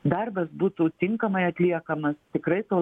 darbas būtų tinkamai atliekamas tikrai to